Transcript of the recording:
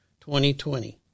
2020